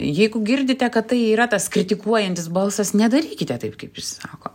jeigu girdite kad tai yra tas kritikuojantis balsas nedarykite taip kaip jis sako